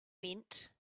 went